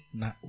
na